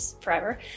forever